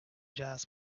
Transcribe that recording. jazz